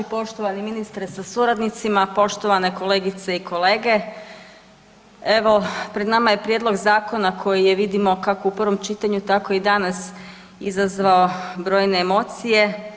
Poštovani ministre sa suradnicima, poštovane kolegice i kolege evo pred nama je prijedlog zakona koji je vidimo kako u prvom čitanju tako i danas izazvao brojne emocije.